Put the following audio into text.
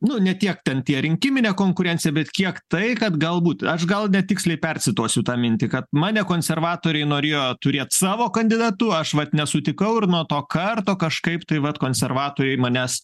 nu ne tiek ten tie rinkiminė konkurencija bet kiek tai kad galbūt aš gal netiksliai percituosiu tą mintį kad mane konservatoriai norėjo turėt savo kandidatu aš vat nesutikau ir nuo to karto kažkaip tai vat konservatoriai manęs